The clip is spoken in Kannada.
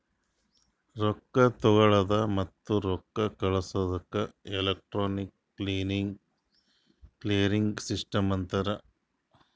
ರೊಕ್ಕಾ ತಗೊಳದ್ ಮತ್ತ ರೊಕ್ಕಾ ಕಳ್ಸದುಕ್ ಎಲೆಕ್ಟ್ರಾನಿಕ್ ಕ್ಲಿಯರಿಂಗ್ ಸಿಸ್ಟಮ್ ಅಂತಾರ್